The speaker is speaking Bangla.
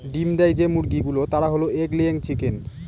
ডিম দেয় যে মুরগি গুলো তারা হল এগ লেয়িং চিকেন